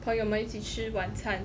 朋友们一起吃晚餐